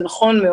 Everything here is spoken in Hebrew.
זה נכון,